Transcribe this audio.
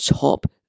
top